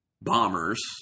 bombers